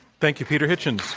thank you, peter hitchens.